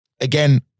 again